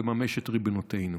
ולממש את ריבונותנו.